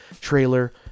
trailer